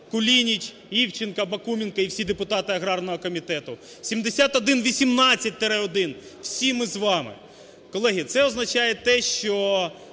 (Кулініч, Івченко, Бакуменко і всі депутати агарного комітету), 7118-1 (всі ми з вами). Колеги, це означає те, що